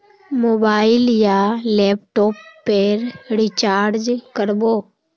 Mobile या laptop पेर recharge कर बो?